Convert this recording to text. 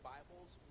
Bible's